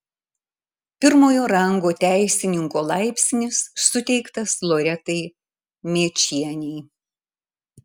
pirmojo rango teisininko laipsnis suteiktas loretai mėčienei